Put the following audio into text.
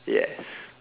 yes